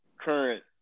current